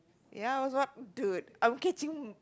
ya I was one dude I'm catching